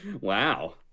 wow